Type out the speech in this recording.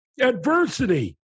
adversity